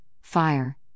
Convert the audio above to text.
fire